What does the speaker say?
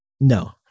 No